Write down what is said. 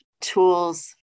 tools